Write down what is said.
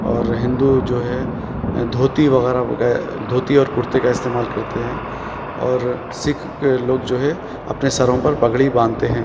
اور ہندو جو ہے دھوتی وغیرہ دھوتی اور کُرتے کا استعمال کرتے ہے اور سِکھ لوگ جو ہے اپنے سروں پر پگڑی باندھتے ہیں